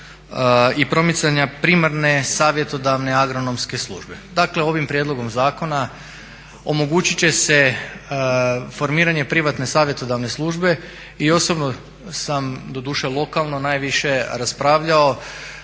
i promicanja primarne, savjetodavne agronomske službe. Dakle, ovim prijedlogom zakona omogućit će se formiranje privatne savjetodavne službe i osobno sam, doduše lokalno najviše raspravljao